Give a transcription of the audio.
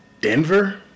Denver